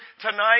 tonight